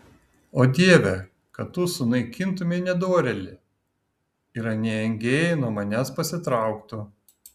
o dieve kad tu sunaikintumei nedorėlį ir anie engėjai nuo manęs pasitrauktų